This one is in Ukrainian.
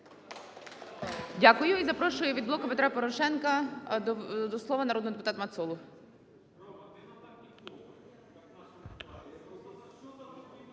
Дякую. І запрошую від "Блоку Петра Порошенка" до слова народного депутатаМацолу.